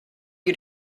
you